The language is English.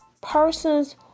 persons